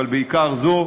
אבל בעיקר זו,